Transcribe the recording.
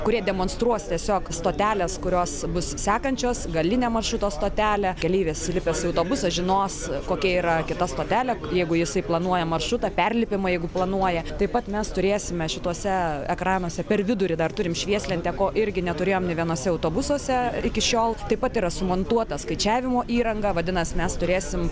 kurie demonstruos tiesiog stoteles kurios bus sekančios galinę maršruto stotelę keleivis įlipęs į autobusą žinos kokia yra kita stotelė jeigu jisai planuoja maršrutą perlipimą jeigu planuoja taip pat mes turėsime šituose ekranuose per vidurį dar turim švieslentę ko irgi neturėjom nė vienuose autobusuose iki šiol taip pat yra sumontuota skaičiavimo įranga vadinas mes turėsim